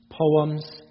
Poems